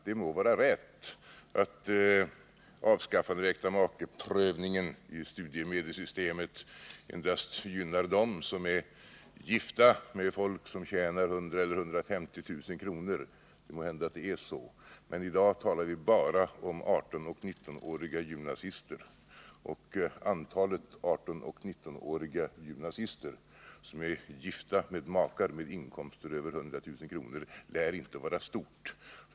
Det må vara riktigt att avskaffandet av äktamakeprövningen i studiemedelssystemet endast gynnar dem som är gifta med folk som tjänar 100 000 kr. eller 150 000 kr. Kanske förhåller det sig så. Men i dag talar vi bara om 18-19-åriga gymnasister, och antalet 18-19-åriga gymnasister som är gifta med makar med inkomster över 100 000 kr. lär inte vara stort.